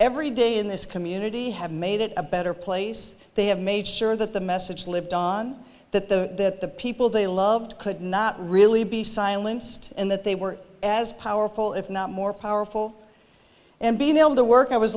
every day in this community have made it a better place they have made sure that the message lived on that the people they loved could not really be silenced and that they were as powerful if not more powerful and being able to work i was